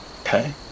Okay